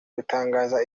gutakaza